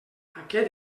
aquest